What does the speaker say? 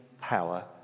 power